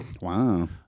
wow